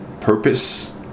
purpose